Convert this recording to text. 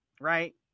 right